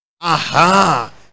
aha